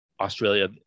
Australia